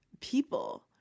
people